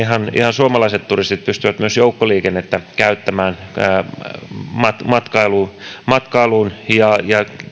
suomalaiset turistimme pystyvät myös joukkoliikennettä käyttämään matkailuun ja